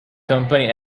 company